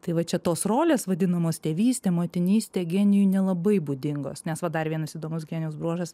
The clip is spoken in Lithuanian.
tai va čia tos rolės vadinamos tėvystė motinystė genijui nelabai būdingos nes va dar vienas įdomus genijaus bruožas